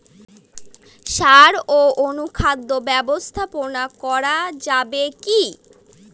সাড় ও অনুখাদ্য ব্যবস্থাপনা করা যাবে কি?